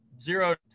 zero